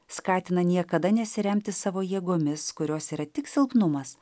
skatina niekada nesiremti savo jėgomis kurios yra tik silpnumas